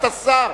אתה שר.